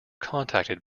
contacted